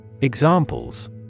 Examples